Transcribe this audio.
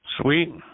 Sweet